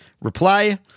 reply